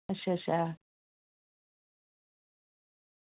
अच्छा अच्छा